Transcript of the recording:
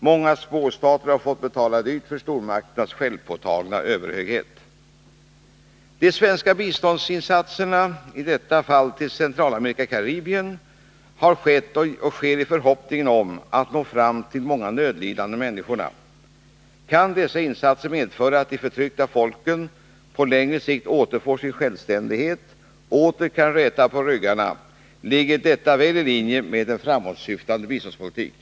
Många småstater har fått betala dyrt för stormakternas KR ä S : 3 Onsdagen den har skett och sker i förhoppningen om att nå fram till de många nödlidande Ä s 5 maj 1982 människorna. Kan dessa insatser medföra att de förtryckta folken på längre Sk återfår sin självständighet och åter Sn Jäla på ryggarna, ligger detta väl i Internadonellé linje med en framåtsyftande biståndspolitik.